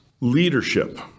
Leadership